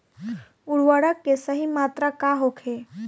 उर्वरक के सही मात्रा का होखे?